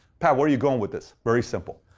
where are you going with this? very simple.